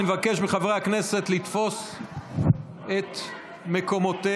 אני מבקש מחברי הכנסת לתפוס את מקומותיהם.